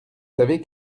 savez